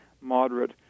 moderate